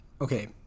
okay